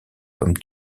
comme